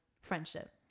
friendship